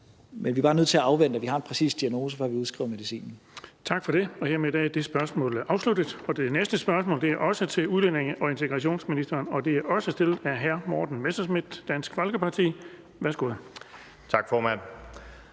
Men vi er bare nødt til at afvente, at vi har en præcis diagnose, før vi udskriver medicinen. Kl. 19:54 Den fg. formand (Erling Bonnesen): Tak for det. Hermed er det spørgsmål afsluttet. Det næste spørgsmål er også til udlændinge- og integrationsministeren, og det er også stillet af hr. Morten Messerschmidt, Dansk Folkeparti. Kl. 19:55 Spm.